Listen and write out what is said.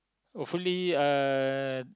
hopefully uh